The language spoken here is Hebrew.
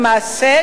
למעשה,